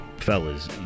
Fellas